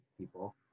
People